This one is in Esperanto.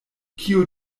kio